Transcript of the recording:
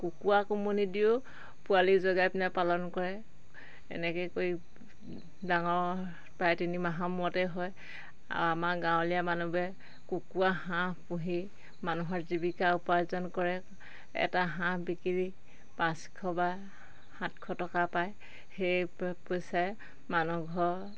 কুকুৰাক উমনি দিও পোৱালি জগাই পিনাই পালন কৰে এনেকৈ কৰি ডাঙৰ প্ৰায় তিনিমাহৰ মূৰতে হয় আৰু আমাৰ গাঁৱলীয়া মানুহবোৰে কুকুৱা হাঁহ পুহি মানুহৰ জীৱিকা উপাৰ্জন কৰে এটা হাঁহ বিক্ৰী পাঁচশ বা সাতশ টকা পায় সেই পইচাই মানুহঘৰ